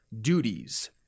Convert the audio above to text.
duties